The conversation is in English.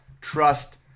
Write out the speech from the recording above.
trust